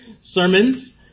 sermons